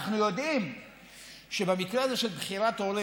אנחנו יודעים שבמקרה הזה של בחירת הורים